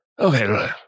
Okay